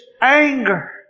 anger